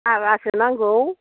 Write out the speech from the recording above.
आरासो नांगौ